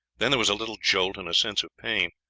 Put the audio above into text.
then there was a little jolt and a sense of pain.